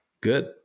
Good